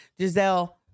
Giselle